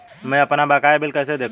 मैं अपना बकाया बिल कैसे देखूं?